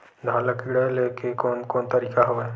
धान ल कीड़ा ले के कोन कोन तरीका हवय?